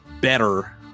better